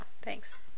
thanks